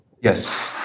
Yes